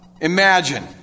Imagine